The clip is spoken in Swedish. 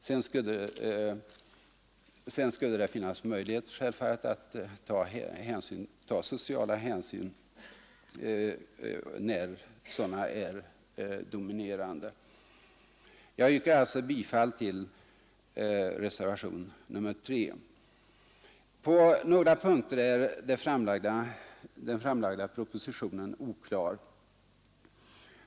Sedan skulle det självfallet finnas möjlighet att ta sociala hänsyn när sådana är Jag yrkar alltså bifall till reservationen 3. På några punkter är den framlagda propositionen oklar.